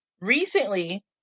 recently